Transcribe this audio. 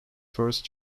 first